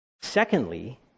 Secondly